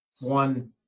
one